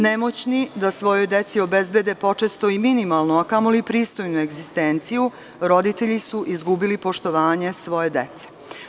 Nemoćni da svojoj deci obezbede počesto i minimalnu, a kamoli pristojnu egzistenciju, roditelji su izgubili poštovanje svoje dece.